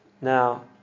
Now